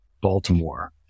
Baltimore